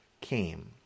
came